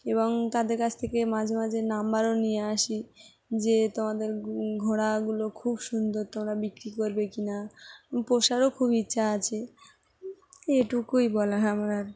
এবং তাদের কাছ থেকে মাঝে মাঝে নাম্বারও নিয়ে আসি যে তোমাদের ঘোড়াগুলো খুব সুন্দর তোমরা বিক্রি করবে কি না পোষারও খুব ইচ্ছা আছে এটুকুই বলা আমার